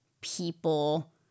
people